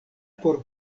por